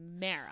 Mara